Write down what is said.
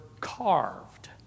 carved